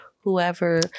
whoever